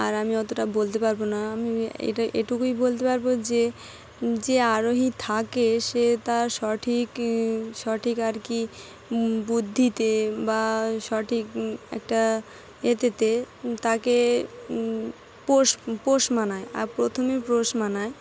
আর আমি অতটা বলতে পারবো না আমি এটা এটুকুই বলতে পারবো যে যে আরোহী থাকে সে তার সঠিক সঠিক আর কি বুদ্ধিতে বা সঠিক একটা এতে তাকে পোষ পোষ মানায় আর প্রথমে পোষ মানায়